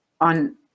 on